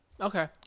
Okay